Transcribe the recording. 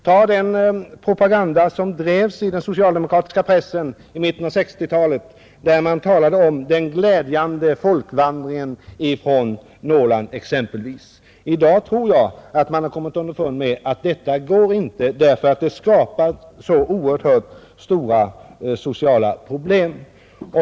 Ta den propaganda som drevs i den socialdemokratiska pressen i mitten av 1960-talet, där man talade om ”den glädjande folkvandringen från Norrland” exempelvis! Jag tror att man i dag har kommit underfund med att det går inte att följa koncentrationslinjen, därför att det skapar så oerhört stora sociala problem.